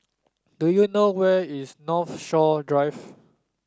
do you know where is Northshore Drive